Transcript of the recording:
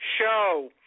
show